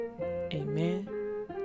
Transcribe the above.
Amen